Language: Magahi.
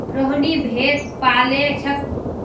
रोहिनी भेड़ पा ल छेक